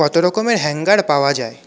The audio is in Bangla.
কতো রকমের হ্যাঙ্গার পাওয়া যায়